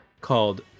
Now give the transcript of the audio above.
called